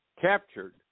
captured